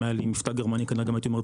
אם היה לי מבטא גרמנית גם הייתי אומרת